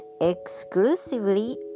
exclusively